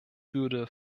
würde